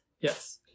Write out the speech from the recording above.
Yes